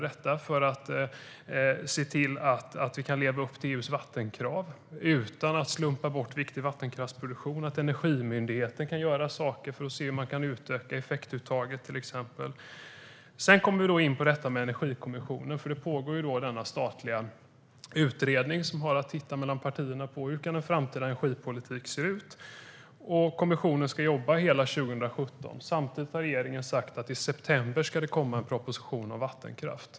Det handlar om att se till att leva upp till EU:s vattenkrav utan att slumpa bort viktig vattenkraftsproduktion. Energimyndigheten kan göra saker för att se hur effektuttaget kan utökas. Sedan kommer jag in på frågan om Energikommissionen. Det pågår en statlig utredning som har att titta på hur en framtida energipolitik kan se ut. Kommissionen ska jobba hela 2017. Samtidigt har regeringen sagt att det i september ska komma en proposition om vattenkraft.